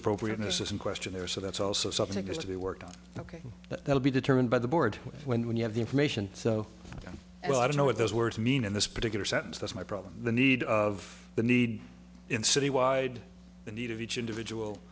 appropriateness is in question there so that's also something has to be worked out ok that will be determined by the board when you have the information so well i don't know what those words mean in this particular sentence that's my problem the need of the need in citywide the need of each individual